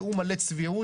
נאום מלא צביעות.